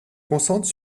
concentre